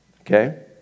Okay